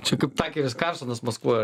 čia kaip takeris karlsonas maskvoj